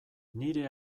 nire